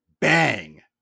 bang